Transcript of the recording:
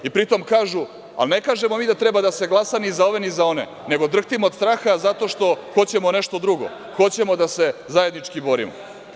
I pri tom kažu – al, ne kažemo mi da treba da se glasa ni za ove ni za one, nego drhtimo od straha zato što hoćemo nešto drugo, hoćemo da se zajednički borimo.